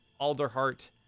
Alderheart